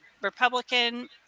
Republican